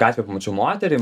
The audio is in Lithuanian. gatvėj pamačiau moterį